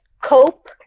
Cope